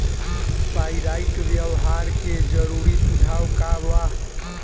Pyrite व्यवहार के जरूरी सुझाव का वा?